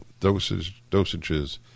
dosages